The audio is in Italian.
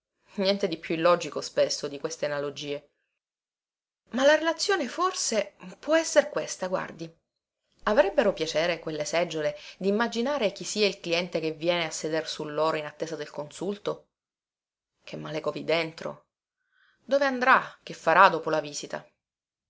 niente di più illogico spesso di queste analogie ma la relazione forse può esser questa guardi avrebbero piacere quelle seggiole dimmaginare chi sia il cliente che viene a seder su loro in attesa del consulto che male covi dentro dove andrà che farà dopo la visita